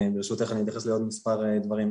ברשותך, אני אתייחס לעוד מספר דברים.